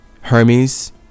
Hermes